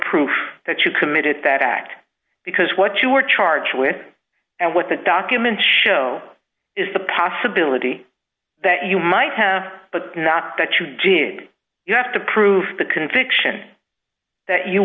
proof that you committed that act because what you were charged with and what the documents show is the possibility that you might have but not that you did you have to prove the conviction that you